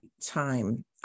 time